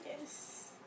Yes